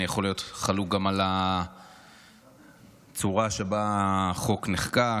אני יכול להיות חלוק גם על הצורה שבה החוק נחקק